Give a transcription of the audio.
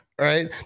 right